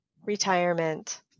Retirement